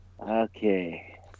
Okay